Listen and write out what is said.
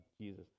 Jesus